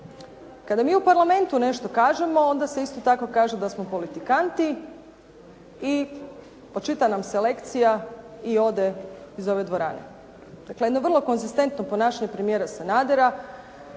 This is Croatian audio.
Kada mi u Parlamentu nešto kažemo, onda se isto tako kaže da smo politikanti i očita nam se lekcija i ode iz ove dvorane. Dakle jedno vrlo konzistentno ponašanje premijera Sanadera